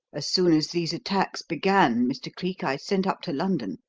as soon as these attacks began, mr. cleek, i sent up to london.